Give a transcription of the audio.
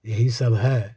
यही सब है